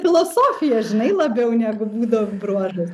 filosofijos žinai labiau negu būdo bruožas